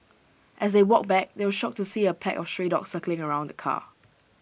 as they walked back they were shocked to see A pack of stray dogs circling around the car